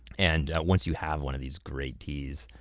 and once you have one of these great teas,